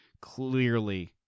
clearly –